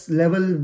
level